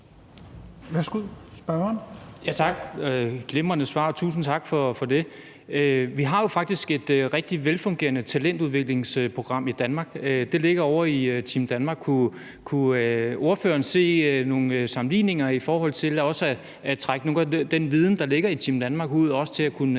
Tak. Det var et glimrende svar; tusind tak for det. Vi har jo faktisk et rigtig velfungerende talentudviklingsprogram i Danmark, som ligger ovre i Team Danmark. Kunne ordføreren se nogle sammenligninger i forhold til også at trække den viden, der ligger i Team Danmark, ud og også til at kunne